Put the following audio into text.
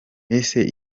ese